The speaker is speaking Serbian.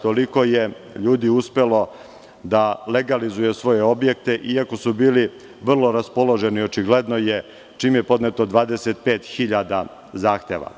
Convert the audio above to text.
Toliko je ljudi uspelo da legalizuje svoje objekte iako su bili vrlo raspoloženi, očigledno je, čim je podneto 25.000 zahteva.